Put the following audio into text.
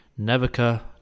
Navica